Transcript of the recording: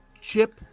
Chip